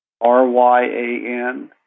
R-Y-A-N